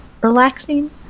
relaxing